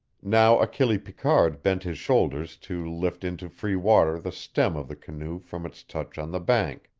now achille picard bent his shoulders to lift into free water the stem of the canoe from its touch on the bank.